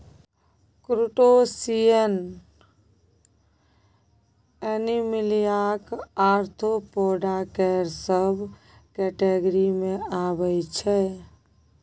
crustacean एनीमिलियाक arthropoda केर subcategory मे अबै छै